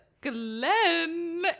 Glenn